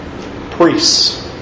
priests